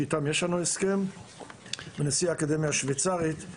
שאיתם יש לנו הסכם ונשיא האקדמיה השוויצרית.